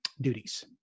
duties